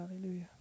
hallelujah